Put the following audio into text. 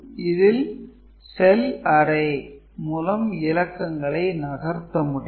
இதில் "cell array" மூலம் இலக்கங்களை நகர்த்த முடியும்